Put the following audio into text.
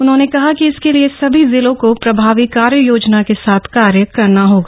उन्होंने कहा कि इसके लिए सभी जिलों को प्रभावी कार्ययोजना के साथ कार्य करना होगा